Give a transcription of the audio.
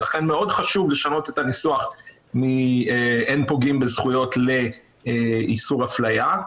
לכן מאוד חשוב לשנות את הניסוח מ"אין פוגעים בזכויות" ל"איסור אפליה".